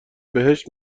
بهشت